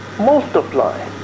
multiply